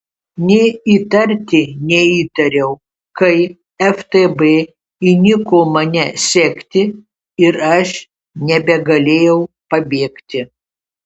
nė įtarti neįtariau kai ftb įniko mane sekti ir aš nebegalėjau pabėgti